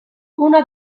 una